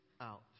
out